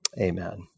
Amen